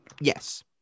Yes